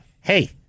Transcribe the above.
hey